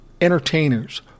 entertainers